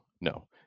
no